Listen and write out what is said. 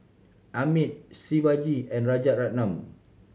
Amit Shivaji and Rajaratnam